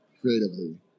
creatively